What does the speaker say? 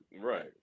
Right